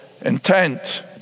intent